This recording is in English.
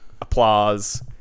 applause